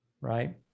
right